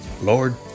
Lord